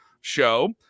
show